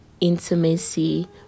intimacy